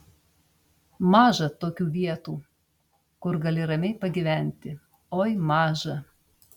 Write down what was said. maža tokių vietų kur gali ramiai pagyventi oi maža